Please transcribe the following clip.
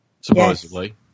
supposedly